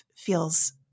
feels